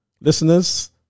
Listeners